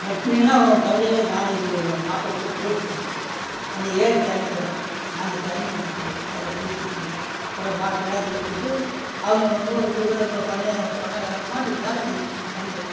கட்னினா உன் கொல்லையில் நாளைக்கு கு மாட்டவிட்டு குலோஸ் பண்ணிப்புடுவேன் அந்த ஏரித்தண்ணி கிடக்கும் நாங்கள் தண்ணி குடிச்சிட்டு அதில் குளிச்சிட்டு அப்புறம் மாட்டலாம் திருப்பிட்டு அவங்கவங்க வீட்டுக்கு ப பண்ண பண்ணக்காரமாதிரி வேலை செஞ்சேன் பண்ணையில்